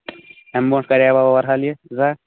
اَمہِ برٛونٛٹھ کَریوا اَور حال یہِ زانٛہہ